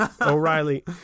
O'Reilly